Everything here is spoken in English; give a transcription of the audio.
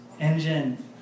engine